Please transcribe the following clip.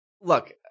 Look